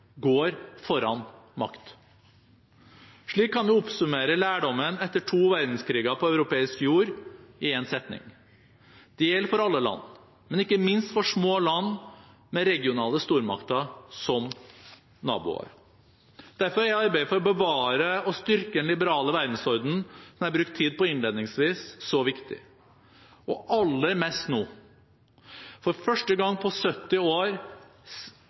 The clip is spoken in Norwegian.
går foran makt. Slik kan vi oppsummere lærdommene etter to verdenskriger på europeisk jord i én setning. Det gjelder for alle land, men ikke minst for små land med regionale stormakter som naboer. Derfor er arbeidet for å bevare og styrke den liberale verdensordenen som jeg brukte tid på innledningsvis, så viktig – og aller mest nå. For første gang på 70 år